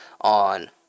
on